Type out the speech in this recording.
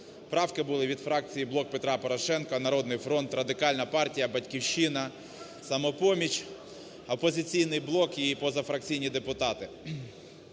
Правки були від фракції "Блок Петра Порошенка", "Народний фронт", Радикальна партія, "Батьківщина", "Самопоміч", "Опозиційний блок" і позафракційні депутати.